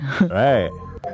right